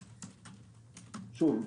שוב,